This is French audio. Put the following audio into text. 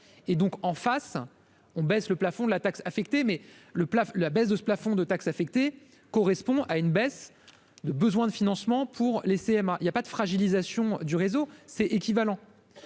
et donc, en face, on baisse le plafond de la taxe affectée mais le plafond, la baisse de ce plafond de taxe affectée correspond à une baisse de besoin de financement pour les CM1, il y a pas de fragilisation du réseau c'est équivalent,